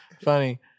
funny